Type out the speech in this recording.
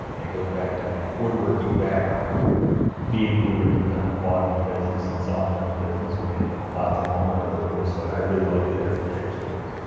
it goes back to my woodworking background bein' we were in the logging business and sawmilling business we had lots of lumber to work with so i really like the different types of woods.